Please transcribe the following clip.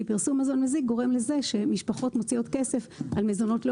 כי פרסום מזון מזיק גורם לזה שמשפחות מוציאות כסף על מזונות לא